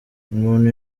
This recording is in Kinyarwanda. umuntu